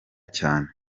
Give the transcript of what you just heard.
cyane